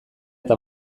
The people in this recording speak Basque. eta